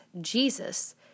Jesus